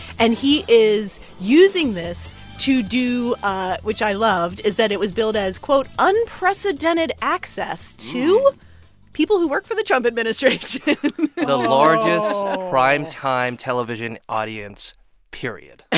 and he is using this to do ah which i loved is that it was billed as, quote, unprecedented access to people who work for the trump administration no the largest primetime television audience period